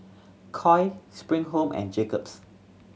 Koi Spring Home and Jacob's